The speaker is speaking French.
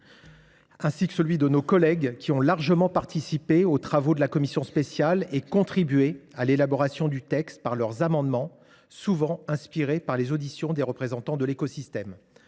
ainsi que celui de nos collègues qui ont largement participé aux travaux de la commission spéciale et contribué à l’élaboration du texte par leurs amendements, souvent inspirés par les auditions des représentants de l’écosystème.